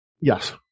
Yes